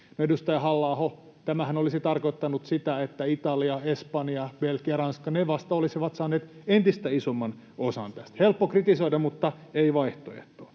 Edustaja Halla-aho, tämähän olisi tarkoittanut sitä, että Italia, Espanja, Belgia, Ranska — ne vasta olisivat saaneet entistä isomman osan tästä. Helppo kritisoida, mutta ei vaihtoehtoa.